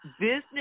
business